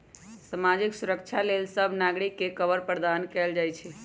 सामाजिक सुरक्षा लेल सभ नागरिक के कवर प्रदान कएल जाइ छइ